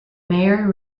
mayor